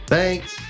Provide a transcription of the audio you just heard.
Thanks